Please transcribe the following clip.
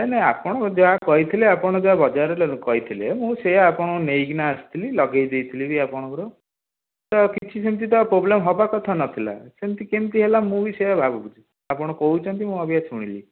ନାହିଁ ନାହିଁ ଆପଣ ଯାହା କହିଥିଲେ ଆପଣ ଯାହା ବଜାରରେ କହିଥିଲେ ମୁଁ ସେଇଆ ଆପଣଙ୍କୁ ନେଇକିନା ଆସିଥିଲି ଲଗାଇ ଦେଇଥିଲିବି ଆପଣଙ୍କର ତ କିଛି ସେମିତି ତ ପ୍ରୋବ୍ଲେମ୍ ହେବା କଥା ନଥିଲା ସେମିତି କେମିତି ହେଲା ମୁଁ ବି ସେଇଆ ଭାବୁଛି ଆପଣ କହୁଛନ୍ତି ମୁଁ ଅବିକା ଶୁଣିଲି